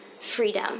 freedom